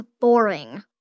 boring